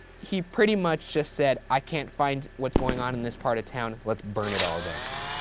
he pretty much just said i can't find what's going on in this part of town. let's burn it all down.